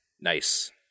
Nice